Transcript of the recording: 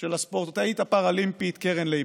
של הספורטאית הפראלימפית קרן לייבוביץ',